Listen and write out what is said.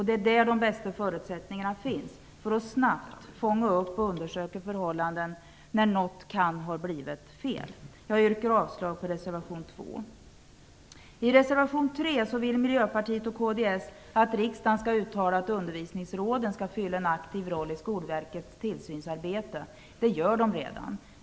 Det är på den nivån de bästa förutsättningarna finns för att snabbt fånga upp och undersöka förhållandena när något kan ha blivit fel. Jag yrkar avslag på reservation I reservation 3 vill Miljöpartiet och kds att riksdagen skall uttala att undervisningsråden skall fylla en aktiv roll i Skolverkets tillsynsarbete. Det gör de redan.